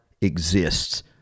exists